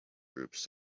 groups